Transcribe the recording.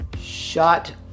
shut